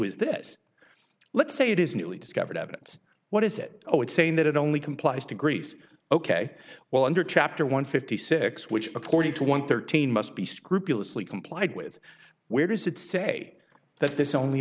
is this let's say it is newly discovered evidence what is it oh it's saying that it only complies to greece ok well under chapter one fifty six which according to one thirteen must be scrupulously complied with where does it say that this only